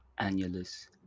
annulus